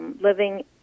living